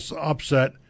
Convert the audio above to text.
upset